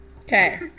okay